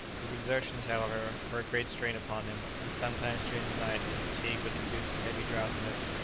his exertions, however, were a great strain upon him, and sometimes during the night his fatigue would induce a heavy drowsiness,